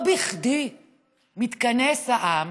לא בכדי מתכנס העם,